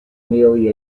nearly